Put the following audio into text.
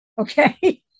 Okay